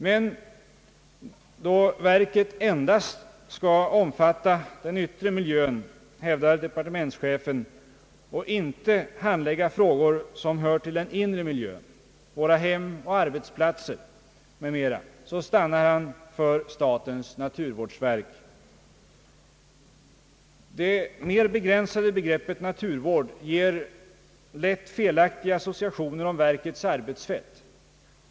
Men då verket endast skall omfatta den yttre miljön, hävdar departementschefen, och inte handlägger frågor som hör till den inre miljön — våra hem och arbetsplatser m.m. — stannar han för statens naturvårdsverk. Det mer begränsade begreppet naturvård ger lätt felaktiga associationer om verkets arbetsfält.